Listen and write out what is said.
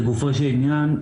לגופו של עניין,